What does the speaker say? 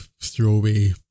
throwaway